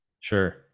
Sure